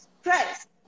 stress